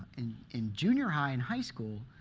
in in junior high and high school,